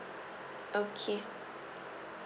okay